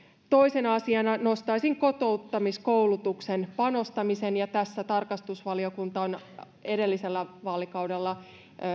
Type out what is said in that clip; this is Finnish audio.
toisena asiana nostaisin kotouttamiskoulutukseen panostamisen ja tarkastusvaliokunta on edellisellä vaalikaudella